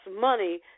money